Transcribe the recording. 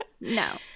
no